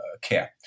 Care